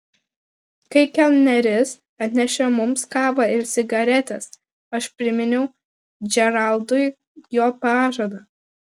kai kelneris atnešė mums kavą ir cigaretes aš priminiau džeraldui jo pažadą